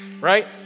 right